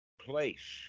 place